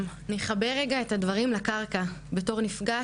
אני אחבר רגע את הדברים לקרקע בתור נפגעת